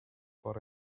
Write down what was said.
for